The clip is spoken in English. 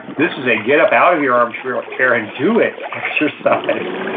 this is a get up out of your armchair your armchair and do it exercise.